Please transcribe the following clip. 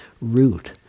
root